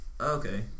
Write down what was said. Okay